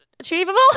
Achievable